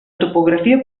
topografia